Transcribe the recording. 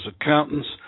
accountants